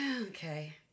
Okay